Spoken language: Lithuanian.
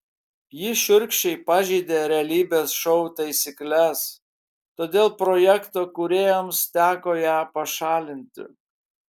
ji šiurkščiai pažeidė realybės šou taisykles todėl projekto kūrėjams teko ją pašalinti